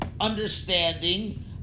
understanding